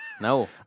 No